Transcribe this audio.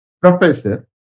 Professor